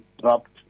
dropped